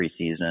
preseason